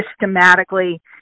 systematically